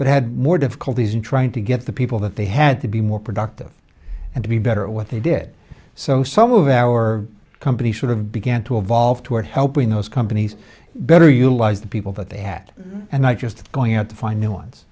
but had more difficulties in trying to get the people that they had to be more productive and to be better at what they did so some of our companies sort of began to evolve toward helping those companies better utilize the people that they had and not just going out to find new ones